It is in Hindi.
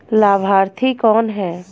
लाभार्थी कौन है?